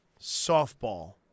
softball